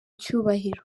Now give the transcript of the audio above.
cyubahiro